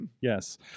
Yes